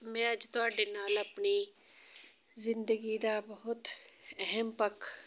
ਮੈਂ ਅੱਜ ਤੁਹਾਡੇ ਨਾਲ ਆਪਣੀ ਜ਼ਿੰਦਗੀ ਦਾ ਬਹੁਤ ਅਹਿਮ ਪੱਖ